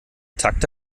takte